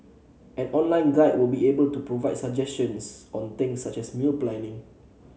an online guide will be available to provide suggestions on things such as meal planning